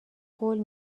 قول